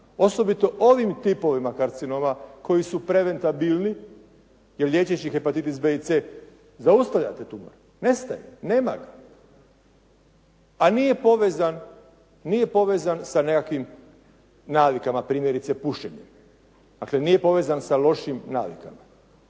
osobito ovim tipovima karcinoma koji su preventabilni jer liječeći hepatitis B i C zaustavljate tumor, nestaje, nema ga, a nije povezan sa nekakvim navikama primjerice pušenjem. Dakle, nije povezan sa lošim navikama.